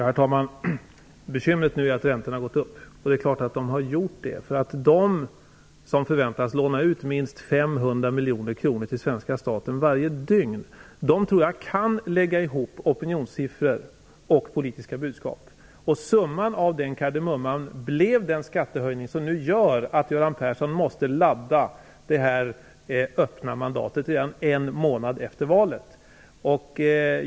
Herr talman! Bekymret är nu att räntorna har gått upp. De är klart att de har gjort det. Jag tror att de som förväntas låna ut minst 500 miljoner kronor till svenska staten varje dygn kan lägga ihop opinionssiffror och politiska budskap. Summan av den kardemumman blev den skattehöjning som nu gör att Göran Persson måste ladda det öppna mandatet redan en månad efter valet.